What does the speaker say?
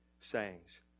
sayings